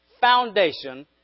foundation